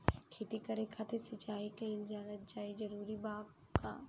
खेती करे खातिर सिंचाई कइल जरूरी बा का?